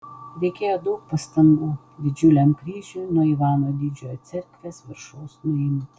reikėjo daug pastangų didžiuliam kryžiui nuo ivano didžiojo cerkvės viršaus nuimti